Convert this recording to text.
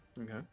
okay